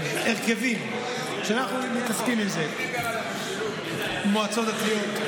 הרכבים, ואנחנו מתעסקים עם זה: מועצות דתיות,